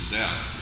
death